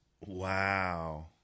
Wow